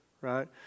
right